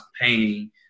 pain